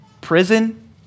prison